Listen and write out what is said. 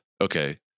Okay